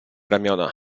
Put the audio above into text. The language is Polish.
ramiona